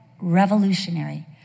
revolutionary